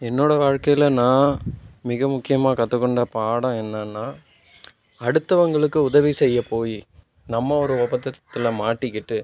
என்னோட வாழ்க்கையில் நான் மிக முக்கியமாக கற்றுக் கொண்ட பாடம் என்னென்னா அடுத்தவர்களுக்கு உதவி செய்ய போய் நம்ம ஒரு உபத்திரத்தில் மாட்டிகிட்டு